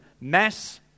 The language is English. mass